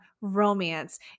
romance